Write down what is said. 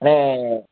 அண்ணே